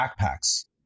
backpacks